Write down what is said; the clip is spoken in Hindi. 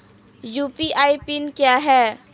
यू.पी.आई पिन क्या है?